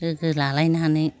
लोगो लालायनानै